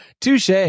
Touche